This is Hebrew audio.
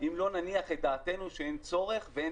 אם לא נניח את דעתנו שאין צורך ואין